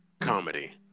comedy